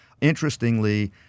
Interestingly